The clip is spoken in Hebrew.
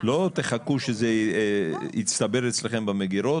לא תחכו שזה יצטבר אצלכם במגירות.